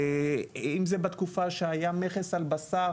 אם זה בתקופה שהיה מכס על בשר,